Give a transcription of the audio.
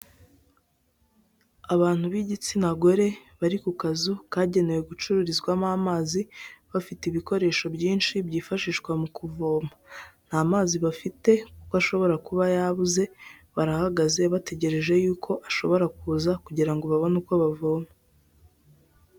Abantu b'igitsina gore bari ku kazu kagenewe gucururizwamo amazi bafite ibikoresho byinshi byifashishwa mu kuvoma, nta mazi bafite kuko ashobora kuba yabuze, barahagaze bategereje yuko ashobora kuza kugira ngo babone uko bavoma.